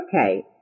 Okay